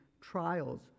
trials